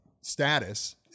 Status